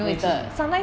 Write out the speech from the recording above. then 你吃什么